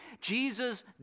Jesus